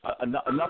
enough